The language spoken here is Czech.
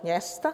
Města?